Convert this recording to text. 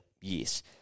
Yes